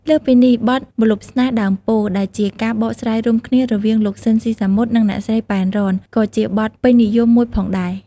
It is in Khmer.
លើសពីនេះ បទ "ម្លប់ស្នេហ៍ដើមពោធិ៍" ដែលជាការបកស្រាយរួមគ្នារវាងលោក ស៊ីន ស៊ីសាមុត និងអ្នកស្រី ប៉ែន រ៉ន ក៏ជាបទពេញនិយមមួយផងដែរ។